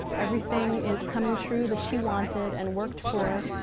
everything is coming true that she wanted and worked for.